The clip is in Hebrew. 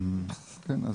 כן.